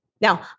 Now